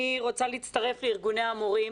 אני רוצה להצטרף לארגוני המורים,